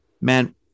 Man